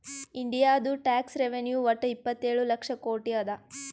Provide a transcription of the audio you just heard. ಇಂಡಿಯಾದು tax revenue ವಟ್ಟ ಇಪ್ಪತ್ತೇಳು ಲಕ್ಷ ಕೋಟಿ ಅದಾ